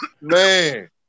man